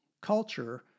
culture